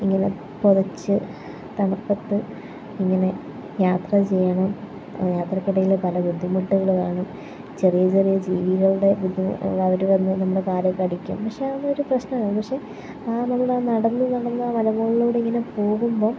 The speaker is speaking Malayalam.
ഇങ്ങനെ പുതച്ച് തണുപ്പത്ത് ഇങ്ങനെ യാത്ര ചെയ്യണം യാത്രക്കിടയിൽ പല ബുദ്ധിമുട്ടുകൾ കാണും ചെറിയ ചെറിയ ജീവികളുടെ അവർ വന്ന് നമ്മുടെ കാലിൽ കടിക്കും പക്ഷെ അതൊന്നും ഒരു പ്രശ്നമല്ല പക്ഷെ ആ നമ്മൾ ആ നടന്ന് നടന്ന് ആ മലമുകളിലൂടെ ഇങ്ങനെ പോകുമ്പം